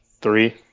three